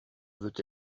veut